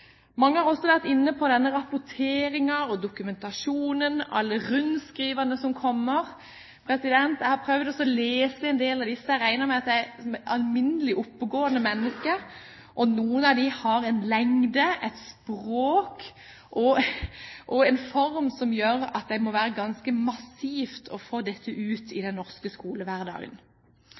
Mange har også vært inne på denne rapporteringen og dokumentasjonen – alle rundskrivene som kommer. Jeg har prøvd å lese en del av disse. Jeg regner meg som et alminnelig oppegående menneske, og noen av dem har en lengde, et språk og en form som gjør at det må være ganske massivt å få dette ut i den norske skolehverdagen.